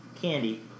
Candy